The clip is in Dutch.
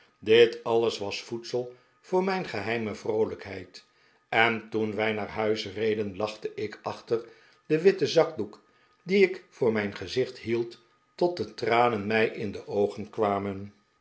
dit alles was voedsel voor mijn geheime vroolijkheid en toen wij naar huis reden lachte ik achter den witten zakdoek dien ik voor mijn gezicht hield tot de tranen mij in de oogen kwamen